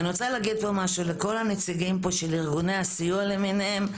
אני רוצה להגיד פה משהו לכל הנציגים פה של ארגוני הסיוע למיניהם,